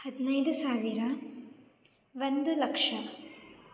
ಹದಿನೈದು ಸಾವಿರ ಒಂದು ಲಕ್ಷ